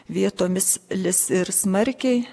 vietomis lis ir smarkiai